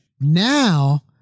Now